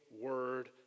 word